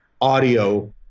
audio